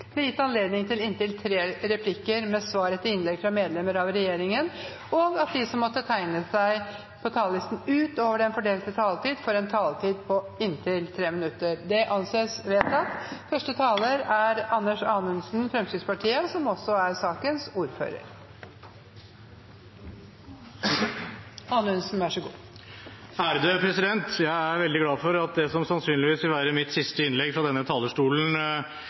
taletid blir gitt anledning til inntil tre replikker med svar etter innlegg fra medlemmer av regjeringen, og at de som måtte tegne seg på talerlisten utover den fordelte taletid, får en taletid på inntil 3 minutter. – Det anses vedtatt. Jeg er veldig glad for at det som sannsynligvis vil være mitt siste innlegg fra denne talerstolen